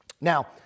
Now